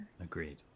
Agreed